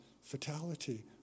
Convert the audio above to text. fatality